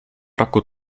roku